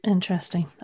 Interesting